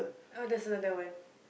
oh there's another one